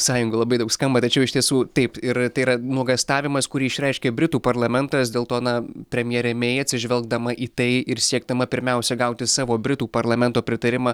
sąjungų labai daug skamba tačiau iš tiesų taip ir tai yra nuogąstavimas kurį išreiškė britų parlamentas dėl to na premjerė mei atsižvelgdama į tai ir siekdama pirmiausia gauti savo britų parlamento pritarimą